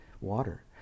water